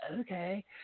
okay